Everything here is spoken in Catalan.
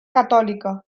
catòlica